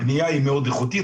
הבנייה היא מאד איכותית.